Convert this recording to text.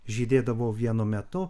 žydėdavo vienu metu